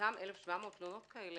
ואותן 1,700 תלונות כאלה